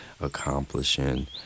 accomplishing